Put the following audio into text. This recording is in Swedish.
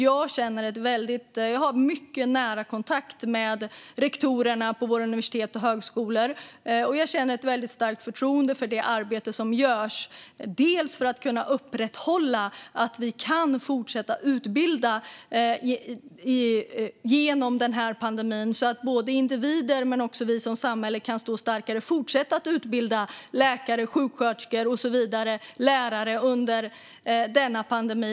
Jag har mycket nära kontakt med rektorerna på våra universitet och högskolor, och jag känner ett starkt förtroende för det arbete som görs för att upprätthålla utbildningen, så att både individer och samhälle kan stå starkare och fortsätta att utbilda läkare, sjuksköterskor, lärare och så vidare under denna pandemi.